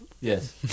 yes